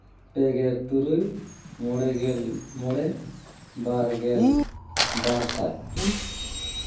ᱯᱮᱜᱮᱞ ᱛᱩᱨᱩᱭ ᱢᱚᱬᱮᱜᱮᱞ ᱢᱚᱬᱮ ᱵᱟᱨᱜᱮᱞ ᱵᱟᱨ ᱥᱟᱭ